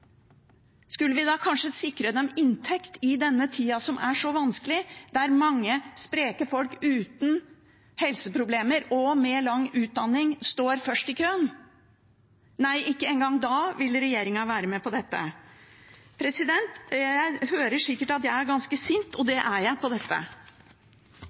Skulle vi da kanskje sikre dem inntekt i denne tida som er så vanskelig, der mange spreke folk uten helseproblemer og med lang utdanning står først i køen? Nei, ikke engang da vil regjeringen være med på dette. Dere hører sikkert at jeg er ganske sint, og